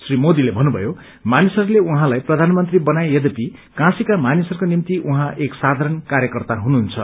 श्री मोदीले भन्नुभयो मानिसहस्ते उहाँसाई प्रधानमन्त्री बनाए यद्यपि काशीका मानिसहस्को निम्ति उहाँ एक साधारण कार्यकर्ता हुनुहुन्छ